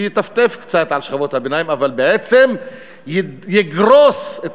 שיטפטף קצת על שכבות הביניים אבל בעצם יגרוס את